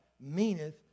meaneth